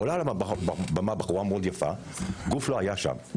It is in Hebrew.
עולה לבמה בחורה מאוד יפה, וגוף לא היה שם.